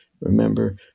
Remember